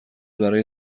برای